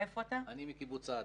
אני מקיבוץ סעד.